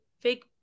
Fake